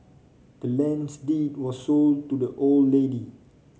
the land's deed was sold to the old lady